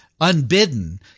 unbidden